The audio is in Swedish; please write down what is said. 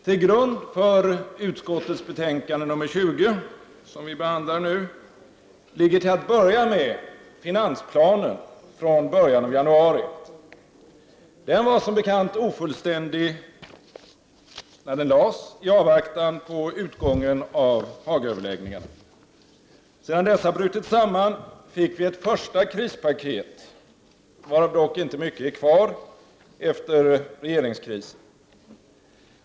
Till grund för utskottets betänkande nr 20, som vi behandlar nu, ligger till att börja med finansplanen från början av januari. Den var som bekant ofullständig när den lades fram i avvaktan på utgången av Hagaöverläggningarna. Sedan dessa hade brutit samman fick vi ett första krispaket, varav dock inte mycket blev kvar efter regeringskrisen.